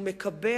הוא מקבע